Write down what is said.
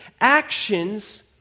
actions